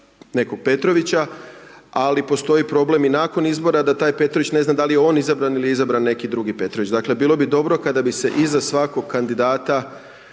nekog Petrovića, ali postoji problem i nakon izbora, da taj Petrović ne zna da li je on izabran ili je izabran neki drugi Petrović. Dakle, bilo bi dobro kada bi se iza svakog kandidata